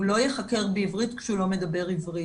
הוא לא ייחקר בעברית כשהוא לא מדבר עברית,